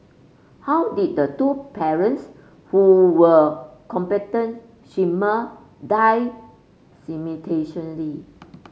how did the two parents who were competent swimmer die